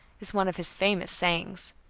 is one of his famous sayings.